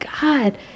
God